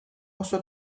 oso